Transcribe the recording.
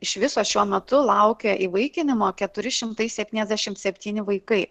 iš viso šiuo metu laukia įvaikinimo keturi šimtai septyniasdešimt septyni vaikai